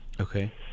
Okay